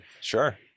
Sure